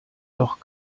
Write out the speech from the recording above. doch